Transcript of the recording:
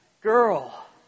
girl